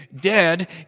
dead